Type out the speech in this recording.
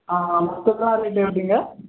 ஆ மொத்தம்னால் ரேட்டு எப்படீங்க